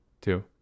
two